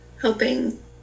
helping